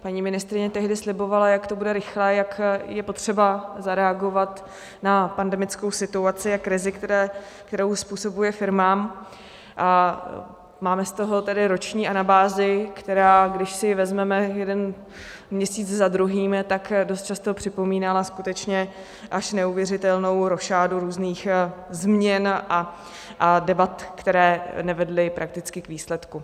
Paní ministryně tehdy slibovala, jak to bude rychlé, jak je potřeba zareagovat na pandemickou situaci a krizi, kterou způsobuje firmám, a máme z toho tedy roční anabázi, která, když si ji vezmeme jeden měsíc za druhým, dost často připomínala skutečně až neuvěřitelnou rošádu různých změn a debat, které nevedly prakticky k výsledku.